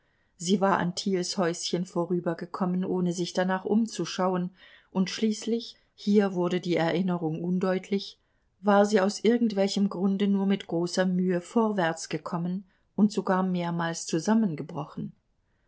sie war an thiels häuschen vorübergekommen ohne sich danach umzuschauen und schließlich hier wurde die erinnerung undeutlich war sie aus irgend welchem grunde nur mit großer mühe vorwärts gekommen und sogar mehrmals zusammengebrochen